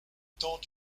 temps